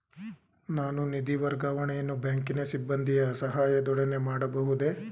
ನಾನು ನಿಧಿ ವರ್ಗಾವಣೆಯನ್ನು ಬ್ಯಾಂಕಿನ ಸಿಬ್ಬಂದಿಯ ಸಹಾಯದೊಡನೆ ಮಾಡಬಹುದೇ?